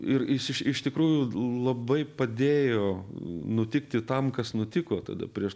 ir jis iš iš tikrųjų labai padėjo nutikti tam kas nutiko tada prieš